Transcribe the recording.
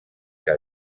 que